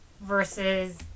versus